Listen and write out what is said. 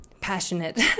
Passionate